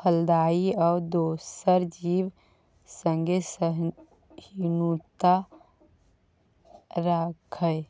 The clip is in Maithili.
फलदायी आ दोसर जीब संगे सहिष्णुता राखय